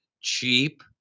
cheap